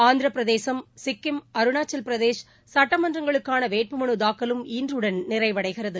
ஆந்திரப்பிரதேஷ் சிக்கிம் அருணாச்சல் பிரதேஷ் சட்டமன்றங்களுக்கான வேட்பு மலு தாக்கலும் இன்றுடன் நிறைவடைகிறது